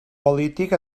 polític